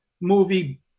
movie